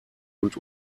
und